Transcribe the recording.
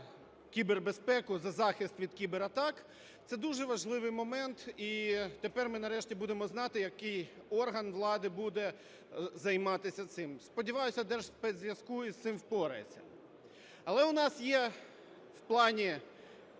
за кібербезпеку, за захист від кібератак, – це дуже важливий момент. І тепер ми нарешті будемо знати, який орган влади буде займатися цим. Сподіваюся, Держспецзв'язку з цим впорається. Але у нас є в плані